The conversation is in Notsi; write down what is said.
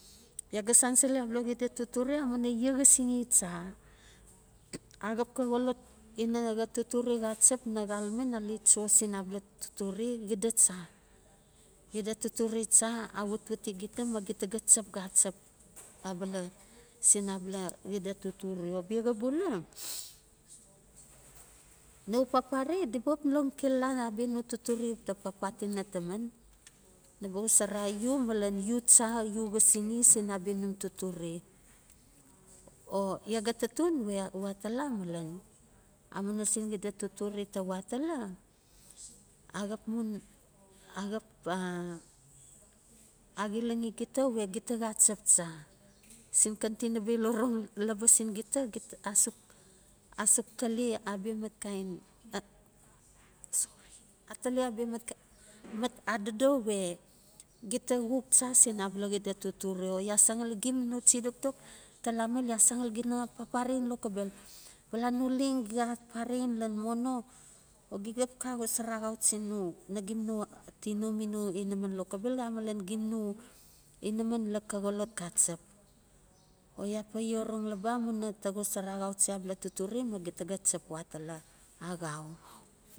Ya ga sansili abala xida totore amuina ya xasinxe cha axap xa xolot ina xa totore xachep na xalame na le cho sin abala totore xida cha, xida totore cha awatwati gita ga chap xachep abal sin abala xida totore. O biaxa bula nawe u paper di ba xap long xilala abia no totore uta papatina tamen, naba xosora u malen u cha u xasixe sin abia num totore. O ya ga taton we atala malen amuina sin xiola totore ta we atala axap mun, axap, axilanxi gita we gita xacep cha sin xan tinabel orong laba sin gita asuk asuk tali abia mat adodo we gita xuk cha sin abala xida totore o ya san ngali gim no chi dokdok tala mil ya san ngali gi na papare in lokobel. Bala no leng gi xa pare in lanmono o gi xap xosora axauchi no, nagim no tino mi no inaman amalan gim no inaman lokobel amalan gim no inaman lan xa xolot xacep. O ya pai orong laba amuina ta xosora axauchi abala totore ma gita ga chap we atala, axau.